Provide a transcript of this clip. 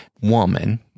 woman